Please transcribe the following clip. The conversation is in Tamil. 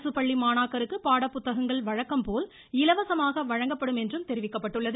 அரசுப்பள்ளி மாணாக்கருக்கு பாடப் புத்தகங்கள் வழக்கம் போல் இலவசமாக வழங்கப்படும் என்றும் தெரிவிக்கப்பட்டுள்ளது